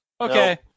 Okay